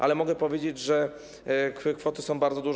Ale mogę powiedzieć, że kwoty są bardzo duże.